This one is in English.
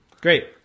Great